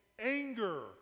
Anger